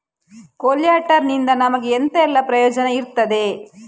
ಕೊಲ್ಯಟರ್ ನಿಂದ ನಮಗೆ ಎಂತ ಎಲ್ಲಾ ಪ್ರಯೋಜನ ಇರ್ತದೆ?